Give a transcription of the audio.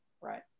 right